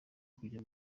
kujya